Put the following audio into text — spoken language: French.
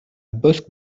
bosc